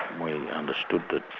we understood that